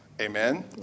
Amen